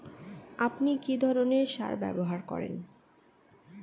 আপনি কী ধরনের সার ব্যবহার করেন?